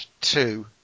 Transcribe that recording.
Two